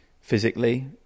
physically